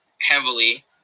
heavily